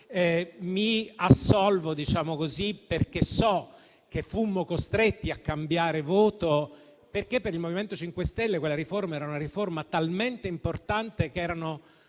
mi assolvo, perché so che fummo costretti a cambiare voto, perché per il MoVimento 5 Stelle quella riforma era talmente importante che, senza